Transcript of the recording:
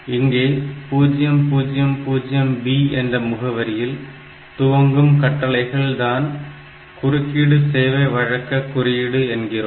இங்கே 000B என்ற முகவரியில் துவங்கும் கட்டளைகள் தான் குறுக்கீடு சேவை வழக்க குறியீடு என்கிறோம்